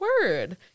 word